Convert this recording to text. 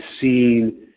seen